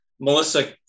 Melissa